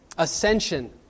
Ascension